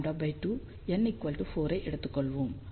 d λ2 N 4 ஐ எடுத்துக் கொள்வோம்